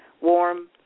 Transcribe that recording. warm